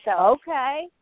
Okay